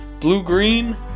blue-green